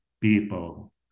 people